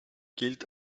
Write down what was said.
gilt